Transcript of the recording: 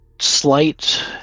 slight